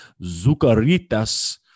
Zucaritas